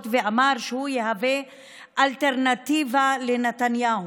ואמר שהוא יהיה אלטרנטיבה לנתניהו.